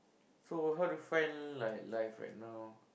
so how do you find like life right now